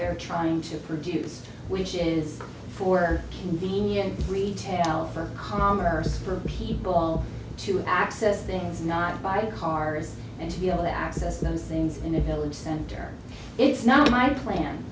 they're trying to produce which is for the union retail for commerce for people to access things not to buy cars and to be able to access those things in a village center it's not my plan